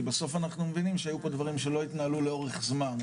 כי בסוף אנחנו מבינים שהיו פה דברים שלא התנהלו לאורך זמן,